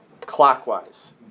clockwise